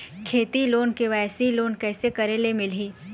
खेती loan KYC loan कइसे करे ले मिलही?